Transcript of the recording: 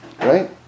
Right